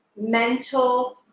mental